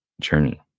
journey